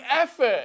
effort